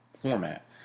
format